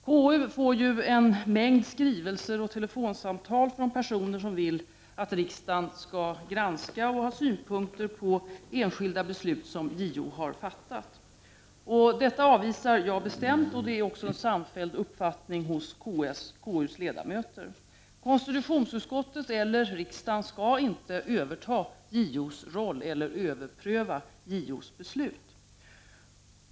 Konstitutionsutskottet får en mängd skrivelser och telefonsamtal från personer som vill att riksdagen skall granska och ha synpunkter på enskilda beslut som JO har fattat. Detta avvisar jag bestämt, och det är också en samfälld uppfattning hos KU:s ledamöter. Konstitutionsutskottet eller riksdagen skall inte överta JO:s roll eller överpröva JO:s beslut.